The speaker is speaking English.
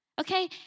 Okay